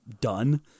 done